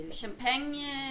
champagne